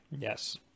yes